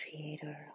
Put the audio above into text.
creator